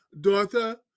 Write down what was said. Daughter